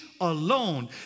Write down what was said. alone